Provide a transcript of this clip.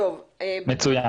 בבקשה.